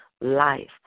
life